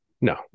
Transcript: No